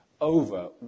over